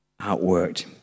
outworked